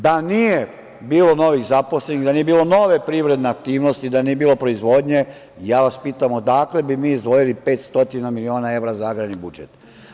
Da nije bilo novozaposlenih, da nije bilo nove privredne aktivnosti, da nije bilo proizvodnje ja vas pitam – odakle bi mi izdvojili 500 miliona evra za agrarni budžet?